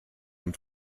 und